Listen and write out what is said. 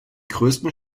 größten